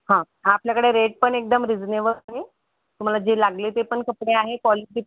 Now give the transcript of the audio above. हां आपल्याकडं रेट पण एकदम रिजनेबल आहे तुम्हाला जे लागले ते पण कपडे आहे कॉलिटी